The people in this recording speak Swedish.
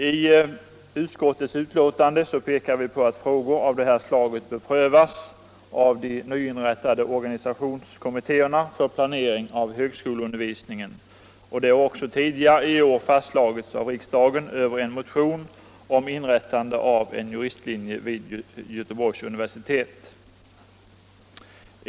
I betänkandet pekar vi på att frågor av det här slaget bör prövas av de nyinrättade organisationskommittéerna för planering av högskoleundervisningen. Det har också tidigare i år fastslagits av riksdagen med anledning av en motion om inrättande av en juristlinje vid just Göteborgs universitet.